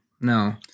no